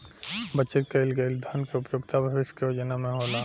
बचत कईल गईल धन के उपयोगिता भविष्य के योजना में होला